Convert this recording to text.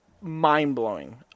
mind-blowing